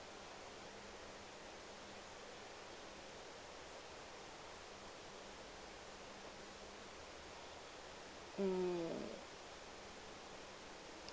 hmm